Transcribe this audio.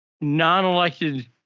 non-elected